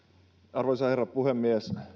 arvoisa herra puhemies